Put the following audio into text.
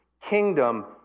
kingdom